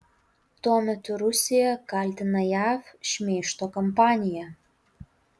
tuo metu rusija kaltina jav šmeižto kampanija